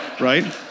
right